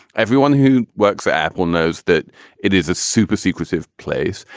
everyone who works at well knows that it is a super secretive place.